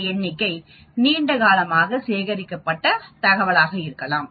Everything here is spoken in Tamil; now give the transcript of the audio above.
இந்த எண்ணிக்கை நீண்ட காலமாக சேகரிக்கப் பட்ட தகவலாக இருக்கலாம்